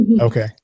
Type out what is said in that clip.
Okay